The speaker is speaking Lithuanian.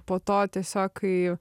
po to tiesiog kai